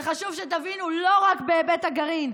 זה חשוב שתבינו, לא רק בהיבט הגרעין.